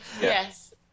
Yes